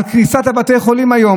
בקריסת בתי החולים היום?